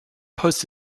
post